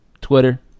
Twitter